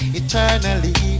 eternally